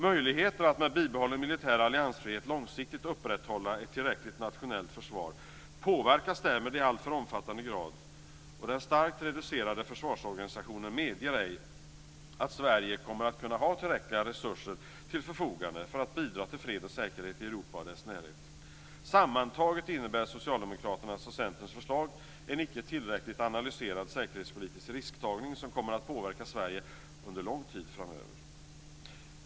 Möjligheterna att med bibehållen militär alliansfrihet långsiktigt upprätthålla ett tillräckligt nationellt försvar påverkas därmed i alltför omfattande grad, och den starkt reducerade försvarsorganisationen medger ej att Sverige kommer att kunna ha tillräckliga resurser till förfogande för att bidra till fred och säkerhet i Europa och dess närhet. Sammantaget innebär Socialdemokraternas och Centerns förslag en icke tillräckligt analyserad säkerhetspolitisk risktagning som kommer att påverka Sverige under lång tid framöver.